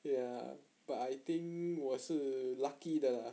ya but I think 我是 lucky 的 ah